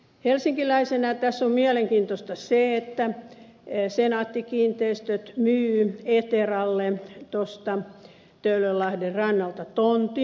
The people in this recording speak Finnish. helsinkiläisenä tässä on mielenkiintoista se että senaatti kiinteistöt myy eteralle tuosta töölönlahden rannalta tontin